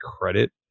credit